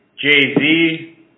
Jay-Z